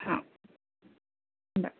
हां बरं